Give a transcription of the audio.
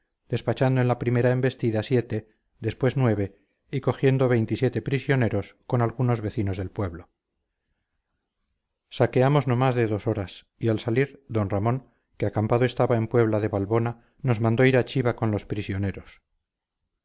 despachando en la primera embestida siete después nueve y cogiendo veintisiete prisioneros con algunos vecinos del pueblo saqueamos no más que dos horas y al salir d ramón que acampado estaba en puebla de balbona nos mandó ir a chiva con los prisioneros